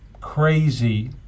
crazy